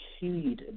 heed